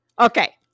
okay